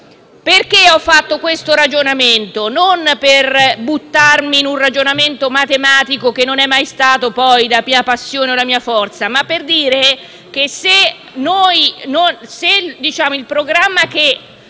Perché ho fatto questo ragionamento? Non per buttarmi in un ragionamento matematico, che non è mai stato la mia passione o la mia forza, ma per dire che il programma che